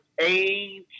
age